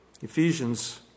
Ephesians